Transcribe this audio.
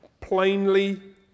plainly